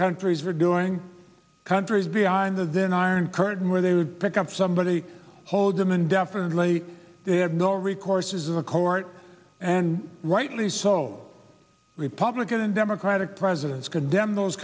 countries were doing countries behind the then iron curtain where they would pick up somebody hold them indefinitely they had no recourse is in the court and rightly so republican and democratic presidents condemn those